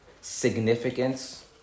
significance